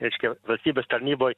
reiškia valstybės tarnyboj